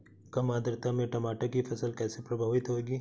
कम आर्द्रता में टमाटर की फसल कैसे प्रभावित होगी?